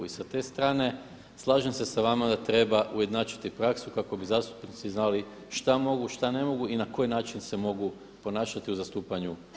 I sa te strane slažem se sa vama da treba ujednačiti praksu kako bi zastupnici znali šta mogu, šta ne mogu i na koji način se mogu ponašati u zastupanju svojih stavova.